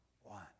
one